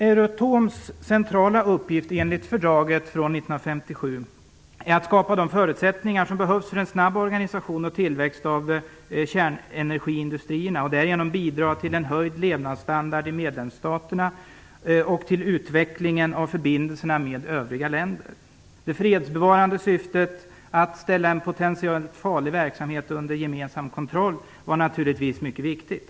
Euratoms centrala uppgift enligt fördraget från 1957 är att skapa de förutsättningar som behövs för en snabb organisation och tillväxt av kärnenergiindustrierna och därigenom bidra till en höjd levnadsstandard i medlemsstaterna och till utvecklingen av förbindelserna med övriga länder. Det fredsbevarande syftet, att ställa en potentiellt farlig verksamhet under gemensam kontroll, var naturligtvis mycket viktigt.